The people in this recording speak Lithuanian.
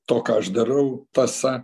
to ką aš darau tąsa